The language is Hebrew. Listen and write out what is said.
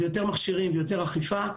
יותר מכשירים ואכיפה,